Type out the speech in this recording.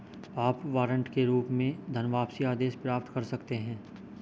आप वारंट के रूप में धनवापसी आदेश प्राप्त कर सकते हैं